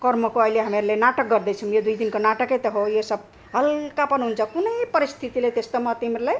कर्मको अहिले हामीहरूले नाटक गर्दैछौँ यो दुई दिनको नाटकै त हो यो सब हल्कापन हुन्छ कुनै परस्थितिले त्यस्तोमा तिमीहरूलाई